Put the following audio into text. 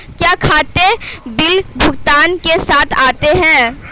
क्या खाते बिल भुगतान के साथ आते हैं?